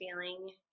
feeling